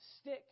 stick